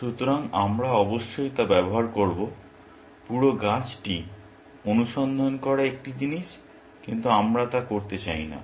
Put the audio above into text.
সুতরাং আমরা অবশ্যই তা ব্যবহার করব পুরো গাছটি অনুসন্ধান করা একটি জিনিস কিন্তু আমরা তা করতে চাই না